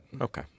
Okay